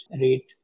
rate